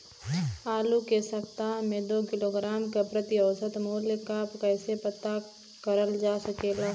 आलू के सप्ताह में दो किलोग्राम क प्रति औसत मूल्य क कैसे पता करल जा सकेला?